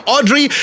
Audrey